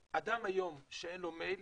היום אדם שאין לו מייל,